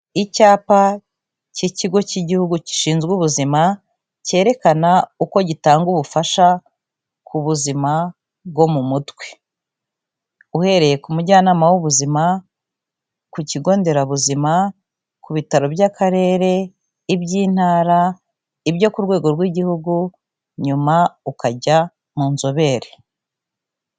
Icyapa cy'Ikigo cy'Igihugu Gishinzwe Ubuzima cyerekana uko gitanga ubufasha ku buzima bwo mu mutwe. Uhereye ku mujyanama w'ubuzima, ku kigo nderabuzima, ku bitaro by'akarere, iby'intara, ibyo ku rwego rw'Igihugu, nyuma ukajya mu nzobere.